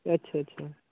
अच्छा अच्छा